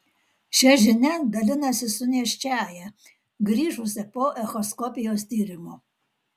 šia žinia dalinasi su nėščiąja grįžusia po echoskopijos tyrimo